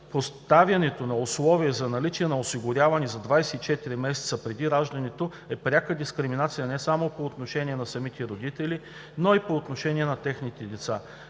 поставянето на условие за наличие на осигуряване за 24 месеца преди раждането е пряка дискриминация не само по отношение на самите родители, но и по отношение на техните деца.